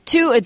Two